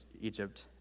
Egypt